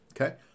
Okay